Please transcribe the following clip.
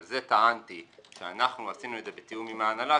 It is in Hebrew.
על זה טענתי שעשינו את זה בתיאום עם ההנהלה,